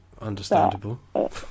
Understandable